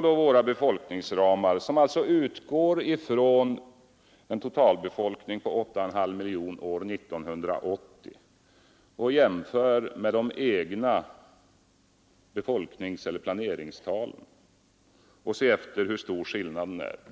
våra befolkningsramar, som alltså utgår ifrån en totalbefolkning på 8,5 miljoner år 1980, med de egna planeringstalen och se efter hur stor skillnaden är.